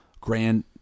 grand